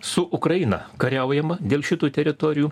su ukraina kariaujama dėl šitų teritorijų